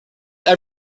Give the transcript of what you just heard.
that